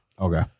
Okay